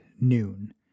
noon